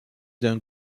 d’un